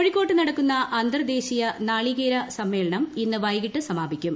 കോാഴിക്കോട്ട് നടക്കുന്ന അന്തർദേശീയ നാളികേര സമ്മേളനം ഇന്ന് വൈകീട്ട് സമാപിക്കും